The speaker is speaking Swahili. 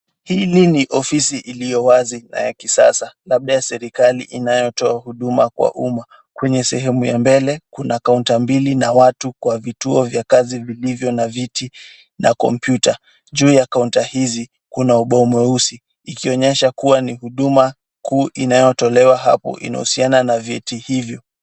Hii ni ni ofisi iliyowazi ya kisasa, labda serikali inayotoa huduma kwa umma. Kwenye sehemu ya mbele, kuna counter mbili na watu kwa vituo vya kazi vilivyo na viti na computer , juu ya counter hizi, kuna ubao mweusi, ikionyesha kuwa ni huduma kuu inayotolewa hapo inahusiana na vyeti hivyo.